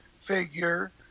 figure